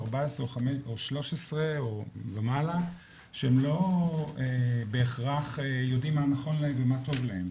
14 או 13 ומעלה שהם לא בהכרח יודעים מה נכון להם ומה טוב להם,